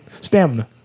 stamina